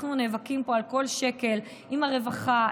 אנחנו נאבקים פה על כל שקל עם הרווחה,